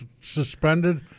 suspended